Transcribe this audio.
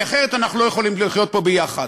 כי אחרת אנחנו לא יכולים לחיות פה ביחד.